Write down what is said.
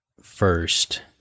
first